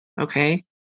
okay